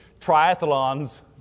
triathlons